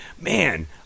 man